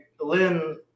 Lynn